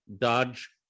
dodge